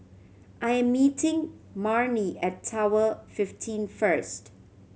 I am meeting Marnie at Tower fifteen first